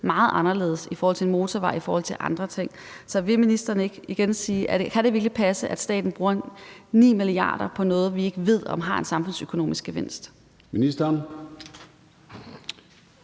meget anderledes i forhold til en motorvej og andre ting. Så vil ministeren ikke igen svare på: Kan det virkelig passe, at staten bruger 9 mia. kr. på noget, som vi ikke ved om har en samfundsøkonomisk gevinst?